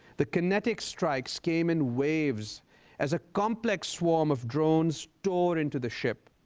the kinetic strikes came in waves as a complex swarm of drones tore into the ship.